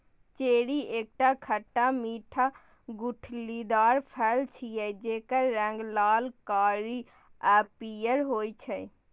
cherry एकटा खट्टा मीठा गुठलीदार फल छियै, जेकर रंग लाल, कारी आ पीयर होइ छै